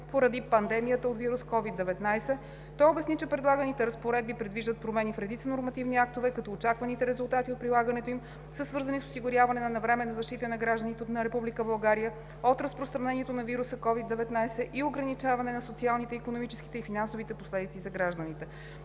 поради пандемията от вирус COVID-19. Той поясни, че предлаганите разпоредби предвиждат промени в редица нормативни актове, като очакваните резултати от прилагането им са свързани с осигуряване на навременна защита на гражданите на Република България от разпространение на вируса COVID-19 и ограничаване на социалните, икономическите и финансовите последици за гражданите.